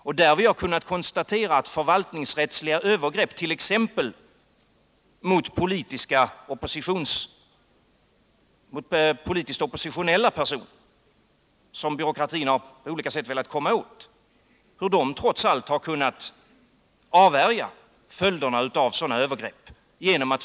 Och vi har kunnat konstatera att det där har varit möjligt att avvärja följderna av förvaltningsrättsliga övergrepp — t.ex. mot politiskt oppositionella personer, som byråkratin på olika sätt har velat komma åt — genom att föra saken till den större offentlighet som överprövningen medför.